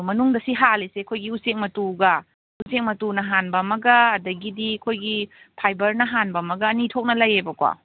ꯃꯅꯨꯡꯗ ꯁꯤ ꯍꯥꯜꯂꯤꯁꯦ ꯑꯩꯈꯣꯏꯒꯤ ꯎꯆꯦꯛ ꯃꯇꯨꯒ ꯎꯆꯦꯛ ꯃꯇꯨꯅ ꯍꯥꯟꯕ ꯑꯃꯒ ꯑꯗꯒꯤꯗꯤ ꯑꯩꯈꯣꯏꯒꯤ ꯐꯥꯏꯕꯔꯅ ꯍꯥꯟꯕꯑꯃꯒ ꯑꯅꯤ ꯊꯣꯛꯅ ꯂꯩꯌꯦꯕꯀꯣ